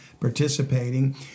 participating